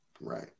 Right